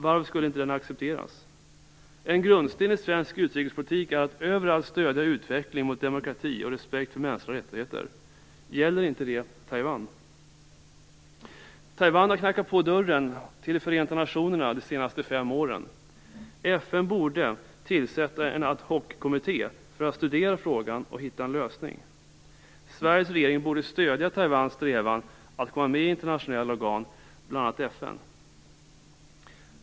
Varför skulle det inte accepteras? En grundsats i svensk utrikespolitik är att överallt stödja utveckling mot demokrati och respekt för mänskliga rättigheter. Gäller det inte Taiwan? Taiwan har knackat på dörren till Förenta nationerna de senaste fem åren. FN borde tillsätta en ad hoc-kommitté för att studera frågan och hitta en lösning. Sveriges regering borde stödja Taiwans strävan att komma med i internationella organ, bl.a. FN.